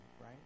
right